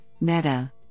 Meta